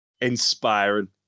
Inspiring